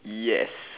yes